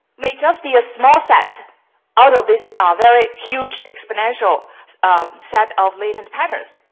may just be a small set out of this ah very huge, exponential set of latent patterns.